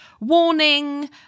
warning